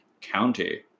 County